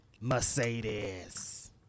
Mercedes